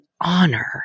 honor